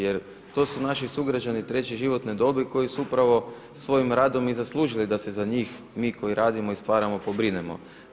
Jer to su naši sugrađani 3. životne dobi koji su upravo svojim radom i zaslužili da se za njih mi koji radimo i stvaramo pobrinemo.